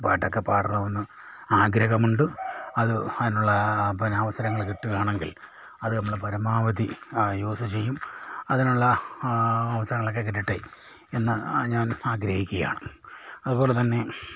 പാട്ടൊക്കെ പാടണമെന്ന് ആഗ്രഹമുണ്ട് അത് അതിനുള്ള പിന്നെ അവസരങ്ങൾ കിട്ടുകാണെങ്കിൽ അത് നമ്മൾ പരമാവധി യൂസ് ചെയ്യും അതിനുള്ള അവസരങ്ങളൊക്കെ കിട്ടട്ടെ എന്ന് ഞാൻ ആഗ്രഹിക്കുകയാണ് അതുപോലെ തന്നെ